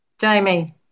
Jamie